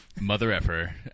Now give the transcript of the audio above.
mother-effer